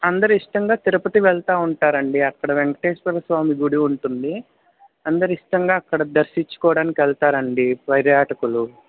అందరు ఇష్టంగా తిరుపతి వెళ్తూ ఉంటారండి అక్కడ వెంకటేశ్వర స్వామి గుడి ఉంటుంది అందరూ ఇష్టంగా అక్కడ దర్శించుకోవడానికి వెళ్తారండి పర్యాటకులు